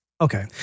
Okay